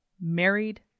married